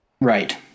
Right